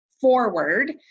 forward